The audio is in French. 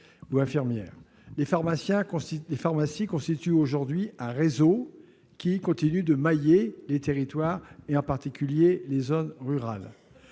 Les pharmacies constituent aujourd'hui un réseau qui continue de mailler les territoires, en particulier les zones rurales.